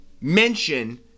mention